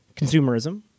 consumerism